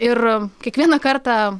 ir kiekvieną kartą